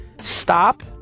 Stop